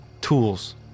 tools